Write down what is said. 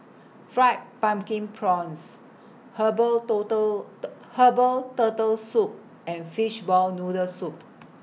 Fried Pumpkin Prawns Herbal Turtle Herbal Turtle Soup and Fishball Noodle Soup